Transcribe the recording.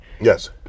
Yes